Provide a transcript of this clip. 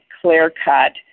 clear-cut